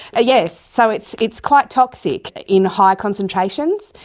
yes, so it's it's quite toxic in high concentrations,